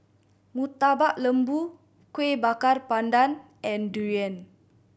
Murtabak Lembu Kueh Bakar Pandan and durian